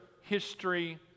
history